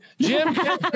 Jim